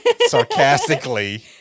sarcastically